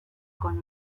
con